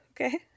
okay